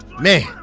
man